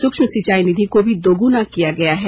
सूक्ष्म सिंचाई निधि को भी दोगुना किया गया है